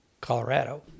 Colorado